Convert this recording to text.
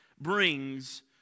brings